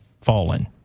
fallen